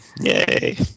Yay